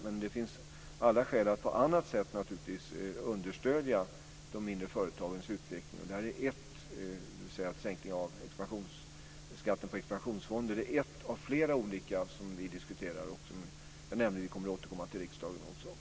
Men det finns naturligtvis alla skäl att på annat sätt understödja de mindre företagens utveckling. Sänkningen av skatten på expansionsfonder är ett av flera olika förslag som vi diskuterar och som, vilket jag nämnde, vi kommer att återkomma till riksdagen med.